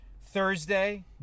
Thursday